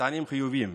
למטענים חיוביים.